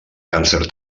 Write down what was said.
càncer